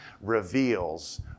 reveals